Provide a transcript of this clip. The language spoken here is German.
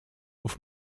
auf